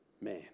Man